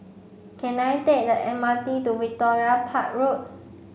can I take the M R T to Victoria Park Road